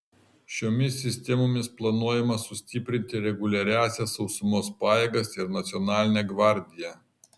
šiomis sistemomis planuojama sustiprinti reguliariąsias sausumos pajėgas ir nacionalinę gvardiją